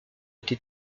été